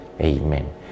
Amen